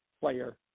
player